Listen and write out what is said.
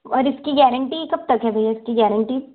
और इसकी गारंटी कब तक है भैया इसकी गारंटी